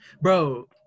Bro